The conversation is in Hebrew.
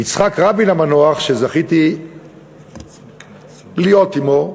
יצחק רבין המנוח, שזכיתי להיות עמו,